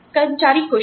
कर्मचारी खुश है